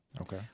okay